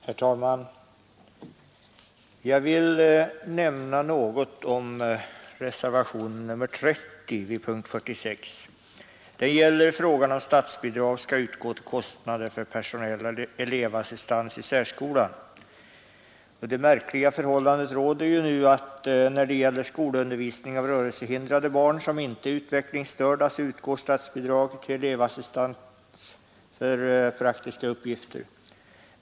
Herr talman! Jag vill nämna något om reservationen 30 vid punkten 46. Den gäller frågan om att statsbidrag skall utgå till kostnader för personell elevassistans i särskolan. Det märkliga förhållandet råder nu att när det gäller skolundervisning av rörelsehindrade barn som inte är utvecklingsstörda utgår statsbidrag till elevassistent för praktiska uppgifter.